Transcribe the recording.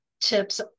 tips